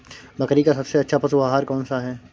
बकरी का सबसे अच्छा पशु आहार कौन सा है?